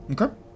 Okay